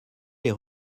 les